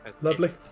Lovely